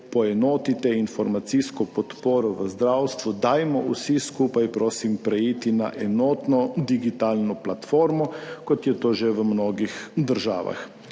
poenotite informacijsko podporo v zdravstvu, dajmo vsi skupaj, prosim, preiti na enotno digitalno platformo, kot je to že v mnogih državah.